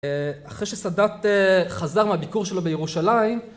אחרי שסאדאת חזר מהביקור שלו בירושלים